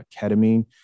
ketamine